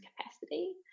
capacity